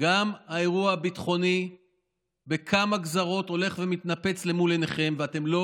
גם האירוע הביטחוני בכמה גזרות הולך ומתנפץ למול עיניכם ואתם לא